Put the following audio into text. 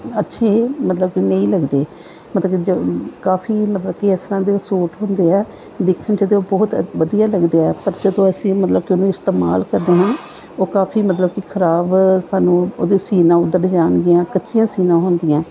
ਅੱਛੇ ਮਤਲਬ ਕਿ ਨਹੀਂ ਲੱਗਦੇ ਮਤਲਬ ਕਿ ਜ ਕਾਫ਼ੀ ਮਤਲਬ ਕਿ ਇਸ ਤਰ੍ਹਾਂ ਦੇ ਸੂਟ ਹੁੰਦੇ ਆ ਦੇਖਣ 'ਚ ਤਾਂ ਉਹ ਬਹੁਤ ਵਧੀਆ ਲੱਗਦੇ ਆ ਪਰ ਜਦੋਂ ਅਸੀਂ ਮਤਲਬ ਕਿ ਉਹਨੂੰ ਇਸਤੇਮਾਲ ਕਰਦੇ ਹਾਂ ਉਹ ਕਾਫ਼ੀ ਮਤਲਬ ਕਿ ਖਰਾਬ ਸਾਨੂੰ ਉਹਦੇ ਸਿਉਣਾ ਉੱਧੜ ਜਾਣਗੀਆਂ ਕੱਚੀਆਂ ਸਿਉਣਾ ਹੁੰਦੀਆਂ